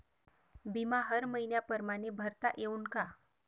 बिमा हर मइन्या परमाने भरता येऊन का?